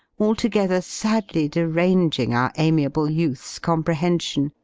altogether sadly deranging our amiable youth's comprehension,